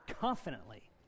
confidently